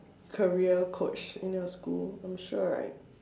career coach in your school I'm sure right